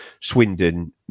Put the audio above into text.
Swindon